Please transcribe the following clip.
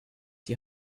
die